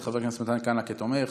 את חבר הכנסת מתן כהנא כתומך,